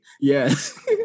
Yes